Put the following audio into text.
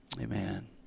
Amen